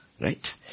Right